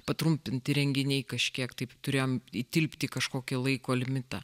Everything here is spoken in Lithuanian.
patrumpinti renginiai kažkiek taip turėjom įtilpti į kažkokį laiko limitą